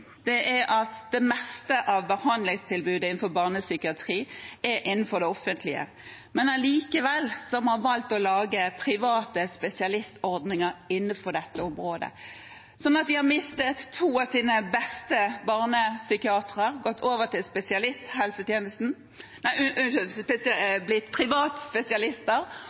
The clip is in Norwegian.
er at det meste av behandlingstilbudet innenfor barnepsykiatri er innenfor det offentlige. Allikevel har noen valgt å lage private spesialistordninger innenfor dette området. De har mistet to av sine beste barnepsykiatere, som har gått over til